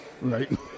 Right